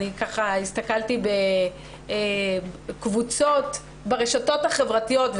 אני ככה הסתכלתי בקבוצות ברשתות החברתיות,